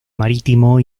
marítimo